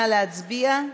נא להצביע.